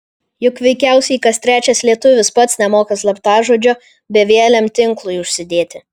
juk veikiausiai kas trečias lietuvis pats nemoka slaptažodžio bevieliam tinklui užsidėti